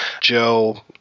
joe